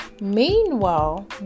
Meanwhile